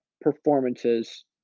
performances